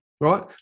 right